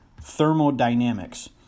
thermodynamics